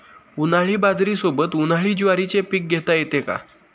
उन्हाळी बाजरीसोबत, उन्हाळी ज्वारीचे पीक घेता येते का?